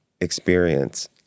experience